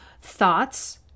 thoughts